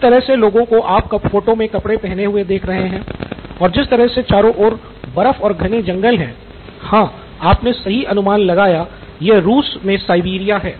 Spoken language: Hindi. जिस तरह से लोगों को आप फोटो में कपड़े पहने हुए देख रहे है और जिस तरह से चारों ओर बर्फ और घने जंगल हैं हाँ आपने सही अनुमान लगाया यह रूस में साइबेरिया है